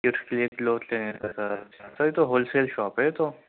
کس لیے کلوتھ لینے تھے سر سر یہ تو ہول سیل شاپ ہے یہ تو